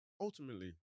ultimately